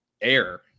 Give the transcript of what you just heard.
air